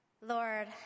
Lord